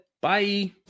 Bye